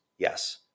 Yes